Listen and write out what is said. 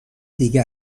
دیگه